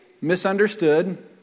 misunderstood